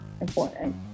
important